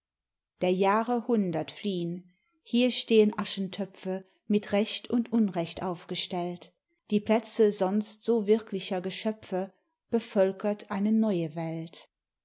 der jahre hundert fliehn hier stehen aschentöpfe mit recht und unrecht aufgestellt die plätze sonst so wirklicher geschöpfe bevölkert eine neue welt